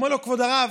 אומר לו: כבוד הרב,